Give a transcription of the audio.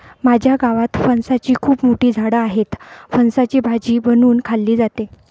माझ्या गावात फणसाची खूप मोठी झाडं आहेत, फणसाची भाजी बनवून खाल्ली जाते